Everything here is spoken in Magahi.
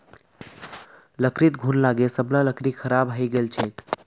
लकड़ीत घुन लागे सब ला लकड़ी खराब हइ गेल छेक